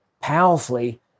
powerfully